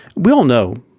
we all know,